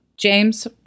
James